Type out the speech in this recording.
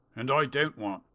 and i don't want.